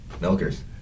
milkers